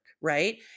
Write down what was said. right